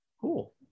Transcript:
Cool